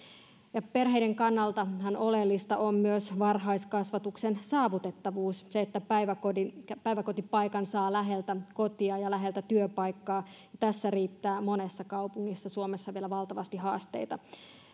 perheiden kannaltahan oleellista on myös varhaiskasvatuksen saavutettavuus se että päiväkotipaikan saa läheltä kotia ja läheltä työpaikkaa tässä riittää monessa kaupungissa suomessa vielä valtavasti haasteita